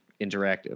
interactive